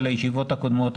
על הישיבות הקודמות.